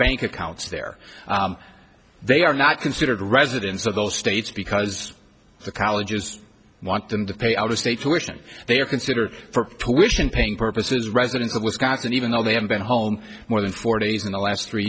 bank accounts there they are not considered a residence of those states because the colleges want them to pay out of state tuition they are considered for tuition paying purposes residents of wisconsin even though they have been home more than four days in the last three